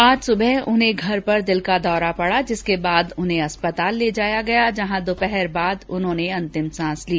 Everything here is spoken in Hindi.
आज सुबह उन्हें घर पर दिल का दौरा पड़ा जिसके बाद उन्हें अस्पताल ले जाया गया जहां दोपहर बाद उन्होंने अंतिम सांस ली